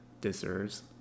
deserves